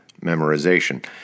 memorization